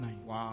Wow